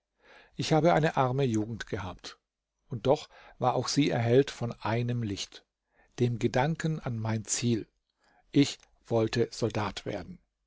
ich habe eine arme jugend gehabt und doch war auch sie erhellt von einem licht dem gedanken an mein ziel ich wollte soldat werden